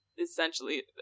essentially